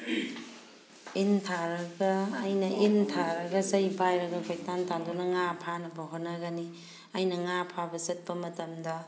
ꯏꯟ ꯊꯥꯔꯒ ꯑꯩꯅ ꯏꯟ ꯊꯥꯔꯒ ꯆꯩ ꯄꯥꯏꯔꯒ ꯀꯣꯏꯇꯥꯟ ꯇꯥꯟꯗꯨꯅ ꯉꯥ ꯐꯥꯅꯕ ꯍꯣꯠꯅꯒꯅꯤ ꯑꯩꯅ ꯉꯥ ꯐꯥꯕ ꯆꯠꯄ ꯃꯇꯝꯗ